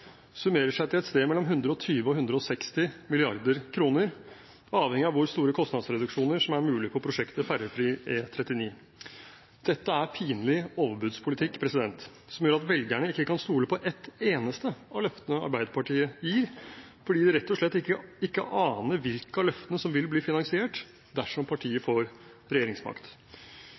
summerer seg til et sted mellom 120 mrd. kr og 160 mrd. kr, avhengig av hvor store kostnadsreduksjoner som er mulig på prosjektet ferjefri E39. Dette er pinlig overbudspolitikk, som gjør at velgerne ikke kan stole på ett eneste av løftene Arbeiderpartiet gir, fordi de rett og slett ikke aner hvilke av løftene som vil bli finansiert, dersom partiet får regjeringsmakt